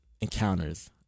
encounters